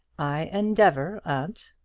i endeavour, aunt.